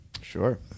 sure